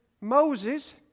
Moses